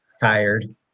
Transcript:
tired